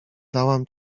dałam